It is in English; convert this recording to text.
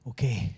Okay